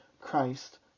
Christ